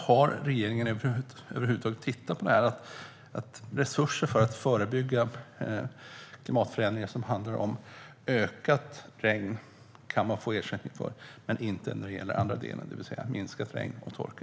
Har regeringen över huvud taget tittat på detta att det går att få ersättning för att förebygga klimatförändringar som handlar om ökat regn men inte när det handlar om minskat regn och torka?